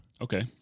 Okay